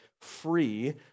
free